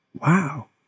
wow